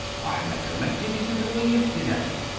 i recollect it as if it was yesterday.